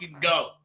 go